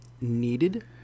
needed